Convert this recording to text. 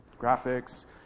graphics